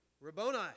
Rabboni